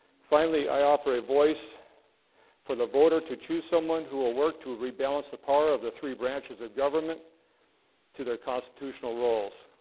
finally, i offer a voice for the voter to choose someone who will work to rebalance the power of the three branches of government to their constitutional roles,